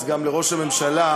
אז גם לראש הממשלה,